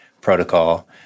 protocol